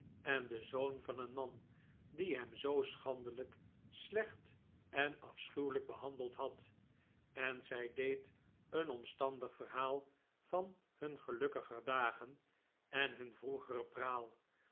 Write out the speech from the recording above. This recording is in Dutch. en den zoon van een man die hem zoo schandelijk slecht en afschuwelijk behandeld had en zij deed een omstandig verhaal van hun gelukkiger dagen en hun vroegere praal